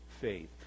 faith